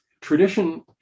tradition